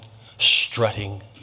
strutting